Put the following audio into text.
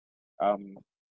um